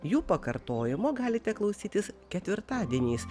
jų pakartojimo galite klausytis ketvirtadieniais